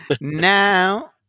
Now